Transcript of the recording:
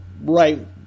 right